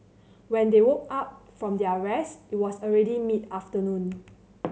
when they woke up from their rest it was already mid afternoon